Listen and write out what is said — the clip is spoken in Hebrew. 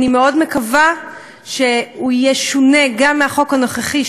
אני מקווה מאוד שהוא יהיה שונה גם מהחוק הנוכחי,